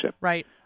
Right